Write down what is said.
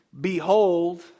behold